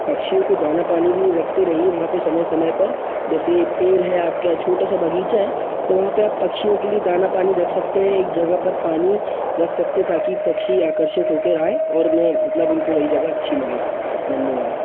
पक्षियों को दाना पानी भी रखते रहिए वहाँ पर समय समय पर जैसे पेड़ हैं आपके यहाँ छोटा सा बग़ीचा है तो वहाँ पर आप पक्षियों के लिए दाना पानी रख सकते हैं एक जगह पर पानी रख सकते हैं ताकि पक्षी आकर्षित हो कर आएं और उन्हें मतलब उनको वही जगह अच्छी लगे धन्यवाद